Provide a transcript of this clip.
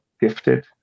gifted